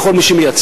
על כל מי שמייצא.